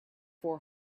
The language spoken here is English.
four